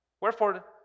Wherefore